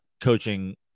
coaching